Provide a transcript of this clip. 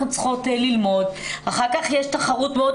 אחר כך צריכות ללמוד,